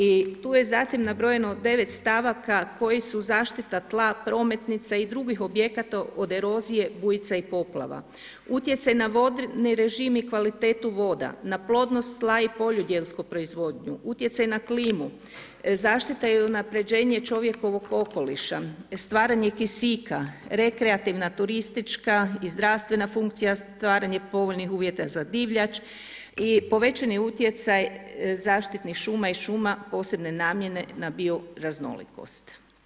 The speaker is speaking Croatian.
I tu je zatim nabrojeno 9 stavaka koji su zaštita tla, prometnica i drugih objekata od erozije, bujica i poplava, utjecaj na vodeni režim i kvalitetu voda, na plodnost tla i poljodjeljsku proizvodnju, utjecaj na klimu, zaštita i unapređenje čovjekovog okoliša, stvaranje kisika, rekreativna, turistička i zdravstvena funkcija, stvaranje povoljnih uvjeta za divljač i povećani utjecaj zaštitnih šuma i šuma posebne namjene na bioraznolikost.